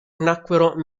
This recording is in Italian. nacquero